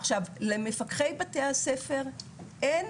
עכשיו, למפקחי בתי הספר אין